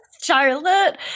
charlotte